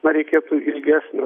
na reikėtų ilgesnio